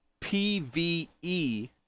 PvE